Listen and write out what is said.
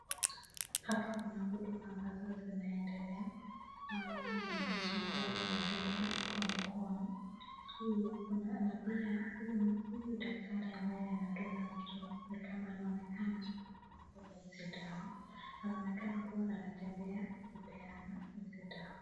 Hapa kuna huduma ambazo zinaendelea. Naona kuna mtu ambaye anadungwa kwa mkono. Hii kuna na pia huyu daktari ambaye anadunga mtu ni kama anaonekana anabeba hizi dawa. Anaonekana kuwa anatembea akipeana hizi dawa.